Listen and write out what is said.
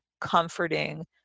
comforting